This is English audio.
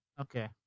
Okay